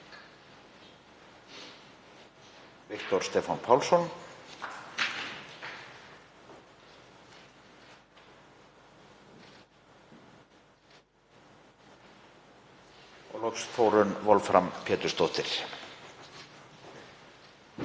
Viktor Stefán Pálsson og Þórunn Wolfram Pétursdóttir.